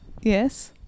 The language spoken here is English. Yes